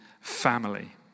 family